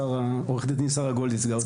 עו"ד שרה גולד ייצגה אותי